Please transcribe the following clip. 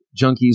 junkies